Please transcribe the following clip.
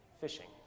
fishing